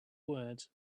words